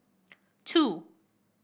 two